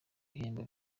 ibihembo